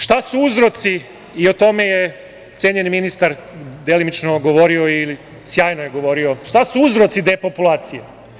Šta su uzroci i o tome je cenjeni ministar delimično govorio i sjajno je govorio, šta su uzroci depopulacije?